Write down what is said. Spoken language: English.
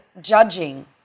judging